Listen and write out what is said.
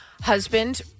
Husband